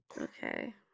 Okay